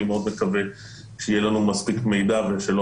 אני מאוד מקווה שיהיה לנו מספיק מידע ושלא